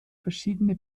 verschiedene